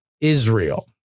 Israel